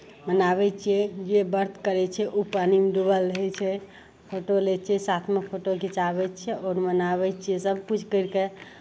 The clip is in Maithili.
मनाबै छियै जे व्रत करै छै ओ पानीमे डूबल रहै छै फोटो लै छै साथमे फोटो घिचाबै छियै सभकिछु करि कऽ